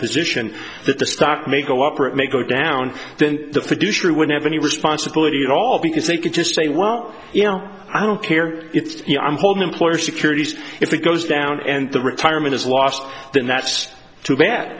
position that the stock may go up or it may go down then the fiduciary would have any responsibility at all because they could just say well you know i don't care it's you know i'm holding employer securities if it goes down and the retirement is lost then that's too bad